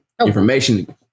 information